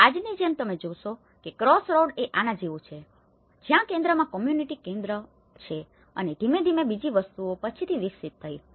અને આજની જેમ તમે જોશો કે ક્રોસરોડ એ આના જેવું છે જ્યાં કેન્દ્રમાં કોમ્યુનિટી કેન્દ્ર છે અને ધીમે ધીમે બીજી વસ્તુઓ પછીથી વિકસિત થઈ